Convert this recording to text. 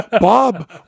Bob